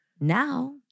Now